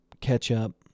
ketchup